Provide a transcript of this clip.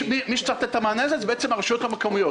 מי שצריך לתת את המענה לזה הן הרשויות המקומיות